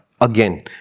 again